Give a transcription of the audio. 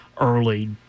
early